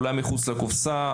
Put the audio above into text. אולי מחוץ לקופסה,